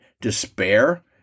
despair